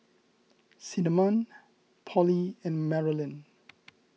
Cinnamon Pollie and Marolyn